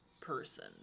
person